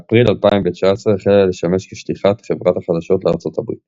באפריל 2019 החלה לשמש כשליחת חברת החדשות לארצות הברית